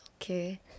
Okay